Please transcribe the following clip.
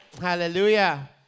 Hallelujah